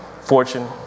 Fortune